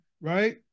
right